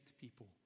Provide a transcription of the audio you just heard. people